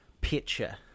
picture